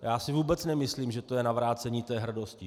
Já si vůbec nemyslím, že to je navrácení té hrdosti.